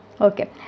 okay